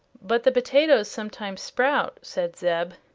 but the potatoes sometimes sprout, said zeb.